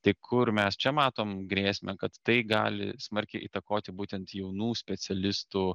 tai kur mes čia matom grėsmę kad tai gali smarkiai įtakoti būtent jaunų specialistų